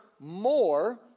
more